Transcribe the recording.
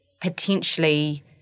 potentially